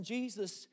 Jesus